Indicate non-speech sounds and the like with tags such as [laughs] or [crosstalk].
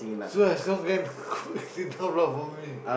so as long can cook and sit down lah for me [laughs]